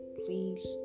please